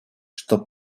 что